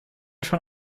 schon